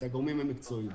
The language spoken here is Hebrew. את הגורמים המקצועיים.